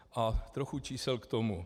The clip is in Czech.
A trochu čísel k tomu.